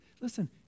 Listen